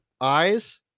eyes